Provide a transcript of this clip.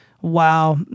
Wow